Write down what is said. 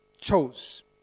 chose